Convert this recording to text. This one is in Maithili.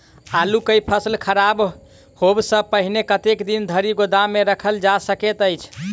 आलु केँ फसल खराब होब सऽ पहिने कतेक दिन धरि गोदाम मे राखल जा सकैत अछि?